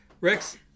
Rex